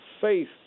faith